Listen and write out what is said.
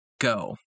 go